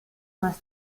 más